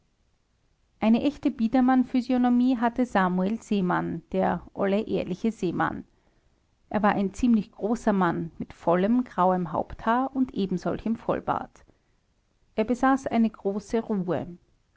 eine echte biedermann physiognomie hatte samuel seemann der olle ehrliche seemann er war ein ziemlich großer mann mit vollem grauem haupthaar und ebensolchem vollbart er besaß eine große ruhe